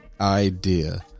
idea